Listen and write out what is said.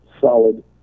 solid